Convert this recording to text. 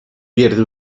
pierde